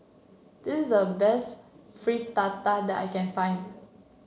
this is the best Fritada that I can find